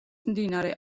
მდინარე